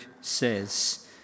says